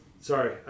Sorry